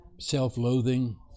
self-loathing